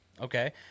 Okay